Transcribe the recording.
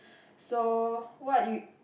so what you